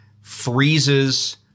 freezes